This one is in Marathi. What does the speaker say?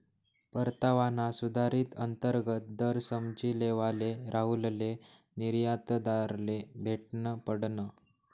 परतावाना सुधारित अंतर्गत दर समझी लेवाले राहुलले निर्यातदारले भेटनं पडनं